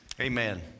Amen